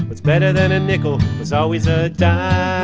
it's better than a nickel. there's always a dime.